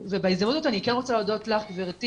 ובהזדמנות הזאת אני כן רוצה להודות לך גברתי